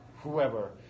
whoever